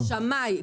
השמאים.